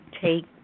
Take